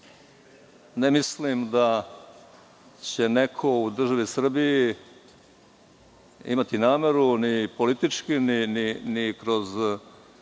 Ne mislim da će neko u državi Srbiji imati nameru ni politički, ni kroz